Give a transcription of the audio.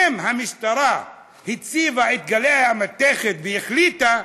אם המשטרה הציבה את גלאי המתכת והחליטה,